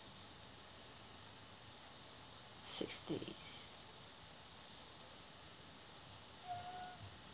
six days